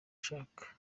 ushaka